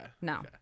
No